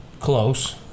Close